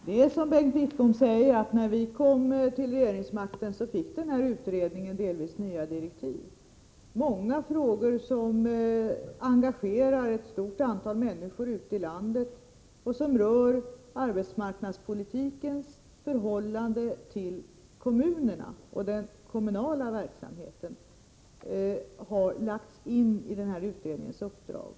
Herr talman! Det är som Bengt Wittbom säger, att när vi kom i regeringsställning fick den här utredningen delvis nya direktiv. Många frågor som engagerar ett stort antal människor ute i landet och som rör arbetsmarknadspolitikens förhållande till kommunerna och till den kommunala verksamheten har lagts in i den här utredningens uppdrag.